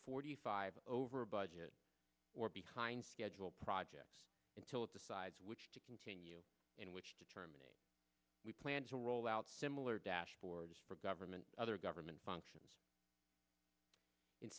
forty five over budget or behind schedule projects until it decides which to continue and which to terminate we plan to rollout similar dashboards for government other government functions in